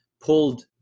pulled